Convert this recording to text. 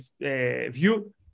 view